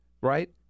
right